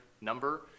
number